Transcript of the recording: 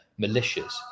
militias